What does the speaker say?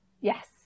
yes